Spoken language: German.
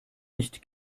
nicht